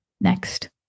next